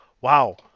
Wow